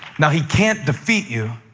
now, he can't defeat you,